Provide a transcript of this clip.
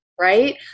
right